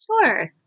Sure